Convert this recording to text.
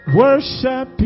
worship